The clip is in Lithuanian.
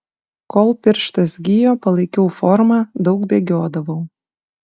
kol pirštas gijo palaikiau formą daug bėgiodavau